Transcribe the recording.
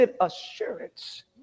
assurance